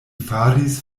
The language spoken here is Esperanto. faris